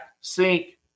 sink